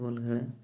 ଅଲଗା